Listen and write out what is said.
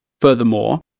Furthermore